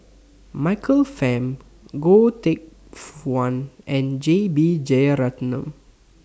Michael Fam Goh Teck Phuan and J B Jeyaretnam